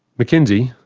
mckinsey,